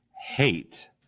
hate